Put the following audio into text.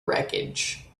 wreckage